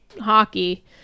hockey